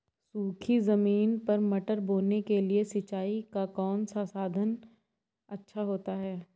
सूखी ज़मीन पर मटर बोने के लिए सिंचाई का कौन सा साधन अच्छा होता है?